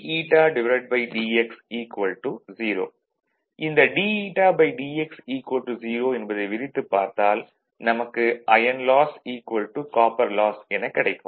இந்த dηdx 0 என்பதை விரித்துப் பார்த்தால் நமக்கு அயர்ன் லாஸ் காப்பர் லாஸ் எனக் கிடைக்கும்